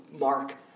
Mark